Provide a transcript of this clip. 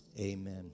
amen